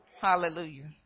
Hallelujah